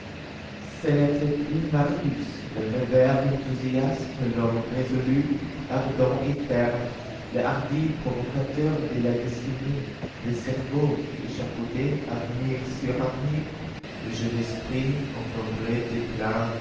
ce n'était plus marius le rêveur enthousiaste l'homme résolu ardent et ferme le hardi provocateur de la destinée le cerveau qui échafaudait avenir sur avenir le jeune esprit encombré de plans